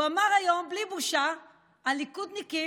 הוא אמר היום בלי בושה: הליכודניקים,